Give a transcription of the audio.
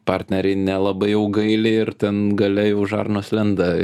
partneriai nelabai jau gaili ir ten gale jau žarnos lenda